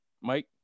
Mike